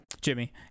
Jimmy